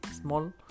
small